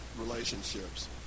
relationships